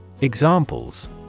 Examples